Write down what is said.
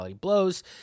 Blows